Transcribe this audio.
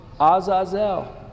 Azazel